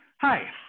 Hi